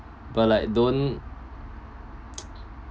but like don't